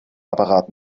apparat